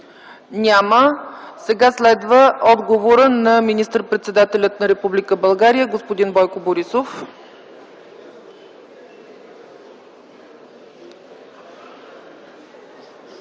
желаещи. Сега следва отговорът на министър-председателя на Република България господин Бойко Борисов.